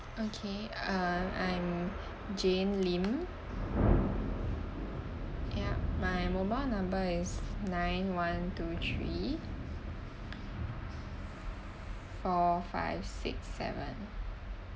okay uh I'm jane lim yup my mobile number is nine one two three four five six seven